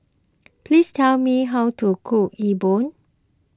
please tell me how to cook